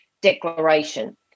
declaration